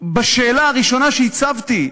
בשאלה הראשונה שהצבתי,